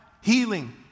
healing